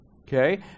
Okay